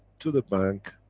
to the bank,